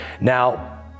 Now